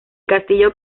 castillo